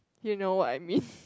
you know what I mean